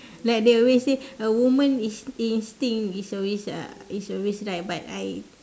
like they always say a woman with instinct is always uh is always right but I